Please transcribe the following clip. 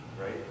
right